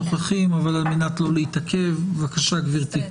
הנוכחים, אבל על מנת לא להתעכב בבקשה, גברתי.